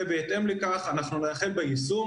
ובהתאם לכך אנחנו נחל ביישום.